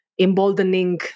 emboldening